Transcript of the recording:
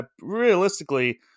realistically